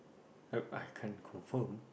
I I can't confirm